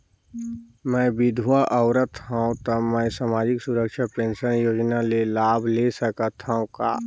मैं विधवा औरत हवं त मै समाजिक सुरक्षा पेंशन योजना ले लाभ ले सकथे हव का?